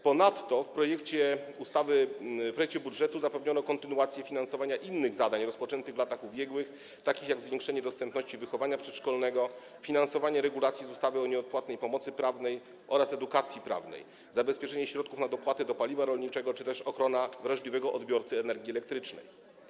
Ponadto w projekcie ustawy, w projekcie budżetu zapewniono kontynuację finansowania innych zadań rozpoczętych w latach ubiegłych, takich jak: zwiększenie dostępności wychowania przedszkolnego, finansowanie regulacji z ustawy o nieodpłatnej pomocy prawnej oraz edukacji prawnej, zabezpieczenie środków na dopłaty do paliwa rolniczego czy też ochrona wrażliwego odbiorcy energii elektrycznej.